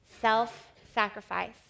self-sacrifice